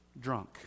drunk